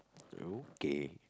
okay